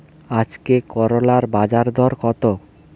আজকে করলার বাজারদর কত?